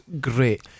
great